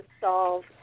solve